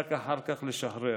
ורק אחר כך לשחרר.